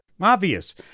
Obvious